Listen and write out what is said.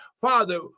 Father